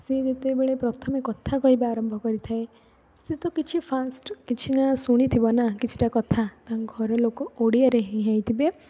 ସିଏ ଯେତେବେଳେ ପ୍ରଥମେ କଥା କହିବା ଆରମ୍ଭ କରିଥାଏ ସିଏ ତ କିଛି ଫାର୍ଷ୍ଟ୍ କିଛି ନାଁ ଶୁଣିଥିବ ନା କିଛିଟା କଥା ତାଙ୍କ ଘରଲୋକ ଓଡ଼ିଆରେ ହିଁ ହୋଇଥିବେ